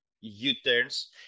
U-turns